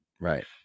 Right